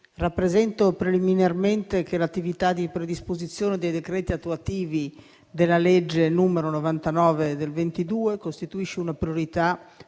rappresento preliminarmente che l'attività di predisposizione dei decreti attuativi della legge n. 99 del 2022 costituisce una priorità